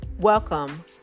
Welcome